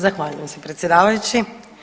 Zahvaljujem se predsjedavajući.